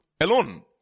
alone